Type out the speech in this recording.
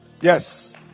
Yes